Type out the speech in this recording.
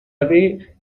avait